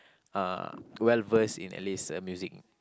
uh well-versed in at least uh music